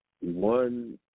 one